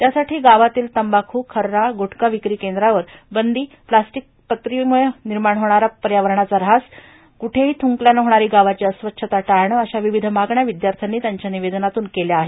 त्यासाठी गावातील तंबाखू खर्रा गुटखा विक्रीवर बंदी प्लास्टीक पत्रीमुळं पर्यावरणाचा झेणारा च्वास थांबवणं कुठेही थुंकल्यानं होणारी गावाची अस्वच्छता टाळणं अशा विविध मागण्या विद्यार्थ्यांनी त्यांच्या निवेदनातून केल्या आहेत